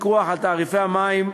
פיקוח על תעריפי מים),